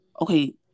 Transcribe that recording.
okay